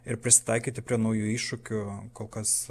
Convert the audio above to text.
ir prisitaikyti prie naujų iššūkių kol kas